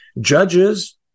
judges